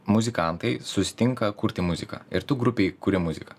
muzikantai susitinka kurti muziką ir tu grupei kuri muziką